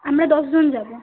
আমরা দশ জন যাবো